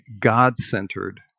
God-centered